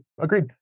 Agreed